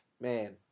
Man